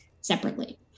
separately